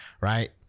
Right